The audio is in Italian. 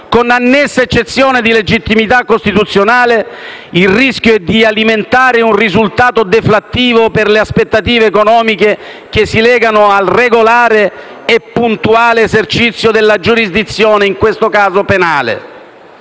con annessa eccezione di legittimità costituzionale, il rischio è di alimentare un risultato deflattivo per le aspettative economiche che si legano al regolare e puntuale esercizio della giurisdizione, in questo caso penale.